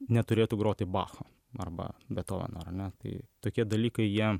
neturėtų groti bacho arba bethoveno ar ne tai tokie dalykai jie